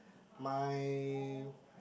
my